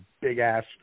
big-ass